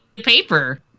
paper